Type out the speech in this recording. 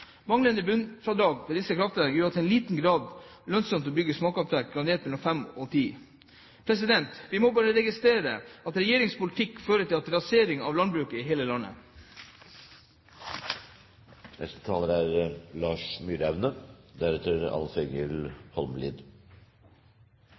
disse kraftverkene gjør at det i liten grad er lønnsomt å bygge ut småkraftverk med generatorer på mellom 5 og 10 MW. Vi må bare registrere at regjeringens politikk fører til en rasering av landbruket i hele